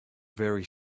very